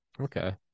okay